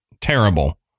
Terrible